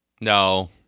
No